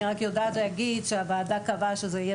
אני רק יודעת להגיד שהוועדה קבעה שזה יהיה